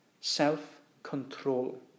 self-control